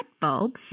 bulbs